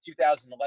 2011